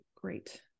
Great